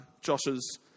Josh's